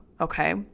Okay